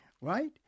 right